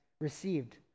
received